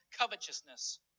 covetousness